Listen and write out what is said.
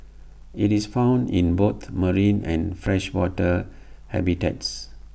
IT is found in both marine and freshwater habitats